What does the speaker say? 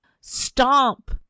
Stomp